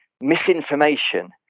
misinformation